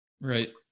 Right